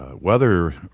weather